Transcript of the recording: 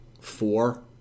Four